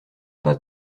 pas